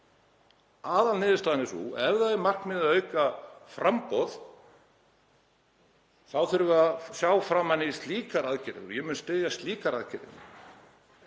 Aðalniðurstaðan er sú að ef það er markmiðið að auka framboð þá þurfum við að sjá fram á slíkar aðgerðir og ég mun styðja slíkar aðgerðir.